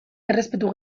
errespetu